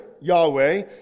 Yahweh